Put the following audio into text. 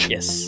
Yes